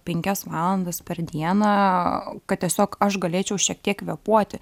penkias valandas per dieną kad tiesiog aš galėčiau šiek tiek kvėpuoti